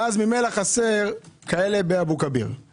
ואז ממילא חסר כאלה באבו כביר.